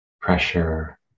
pressure